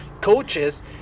coaches